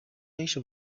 yahishe